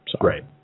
Right